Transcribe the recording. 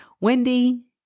Wendy